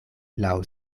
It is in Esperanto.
laŭ